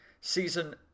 season